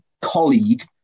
colleague